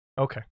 Okay